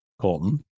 colton